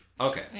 Okay